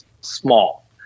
small